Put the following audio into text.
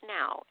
now